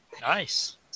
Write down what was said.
Nice